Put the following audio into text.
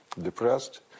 depressed